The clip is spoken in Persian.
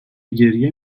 گریه